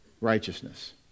righteousness